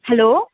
hello